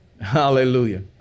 Hallelujah